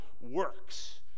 works